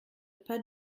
pas